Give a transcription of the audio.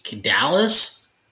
Dallas